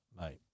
mate